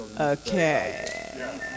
Okay